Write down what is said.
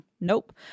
Nope